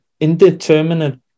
indeterminate